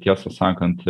tiesą sakant